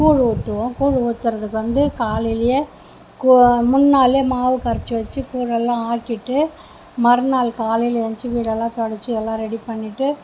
கூழு ஊற்றுவோம் கூழு ஊற்றுறதுக்கு வந்து காலையிலேயே கூழு முன்னாலே மாவு கரைச்சி வச்சு கூழெல்லாம் ஆக்கிவிட்டு மறுநாள் காலையில் ஏன்ச்சு வீடெல்லாம் துடச்சி எல்லாம் ரெடி பண்ணிவிட்டு